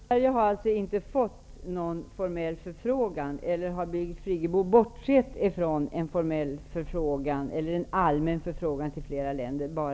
Herr talman! Sverige har alltså inte fått någon formell förfrågan, eller har Birgit Friggebo efter samtalet med fru Ogata bortsett från en allmän förfrågan till flera länder?